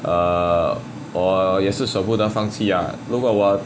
err 我也是舍不得放弃啊如果我